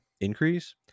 increase